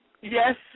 Yes